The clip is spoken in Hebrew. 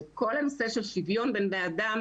וכל הנושא של שוויון בין בני אדם